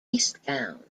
eastbound